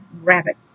rabbit